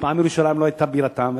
אף פעם ירושלים לא היתה בירתם,